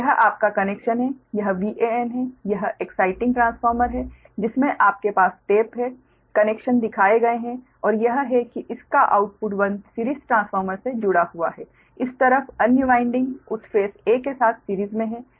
तो यह आपका कनेक्शन है यह Van है यह एक्साइटिंग ट्रांसफार्मर है जिसमें आपके पास टेप है कनेक्शन दिखाए गए हैं और यह है कि इस का आउटपुट 1 सिरीज़ ट्रांसफार्मर से जुड़ा है इस तरफ अन्य वाइंडिंग उस फेस 'a' के साथ सिरीज़ मे है